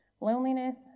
loneliness